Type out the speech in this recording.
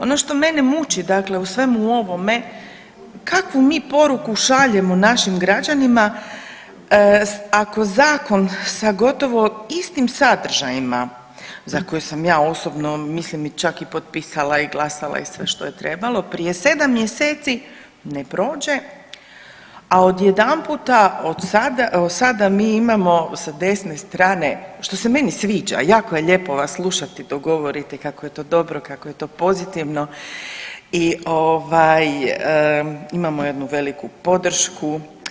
Ono što mene muči, dakle u svemu ovome kakvu mi poruku šaljemo našim građanima ako zakon sa gotovo istim sadržajima za koje sam ja osobno mislim čak i potpisala i glasala i sve što je trebalo prije 7 mjeseci ne prođe, a odjedanputa sada mi imamo sa desne strane što se meni sviđa, jako je lijepo vas slušati dok govorite kako je to dobro, kako je to pozitivno, imamo jednu veliku podršku.